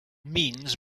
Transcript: means